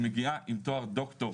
היא מגיעה עם תואר דוקטור,